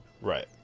right